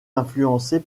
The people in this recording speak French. influencée